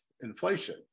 inflation